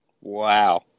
Wow